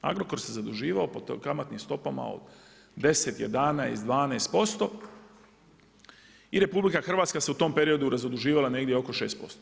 Agrokor se zaduživao po kamatnim stopama od 10, 11, 12% i RH se u tom periodu razaduživala negdje oko 6%